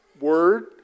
word